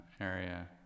area